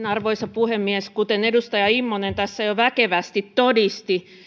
arvoisa puhemies kuten edustaja immonen tässä jo väkevästi todisti